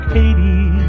Katie